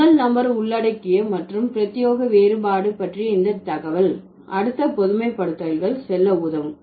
முதல் நபர் உள்ளடக்கிய மற்றும் பிரத்தியேக வேறுபாடு பற்றிய இந்த தகவல் அடுத்த பொதுமைப்படுத்தல்கள் செல்ல உதவும்